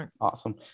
Awesome